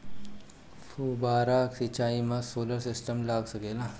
फौबारा सिचाई मै सोलर सिस्टम लाग सकेला?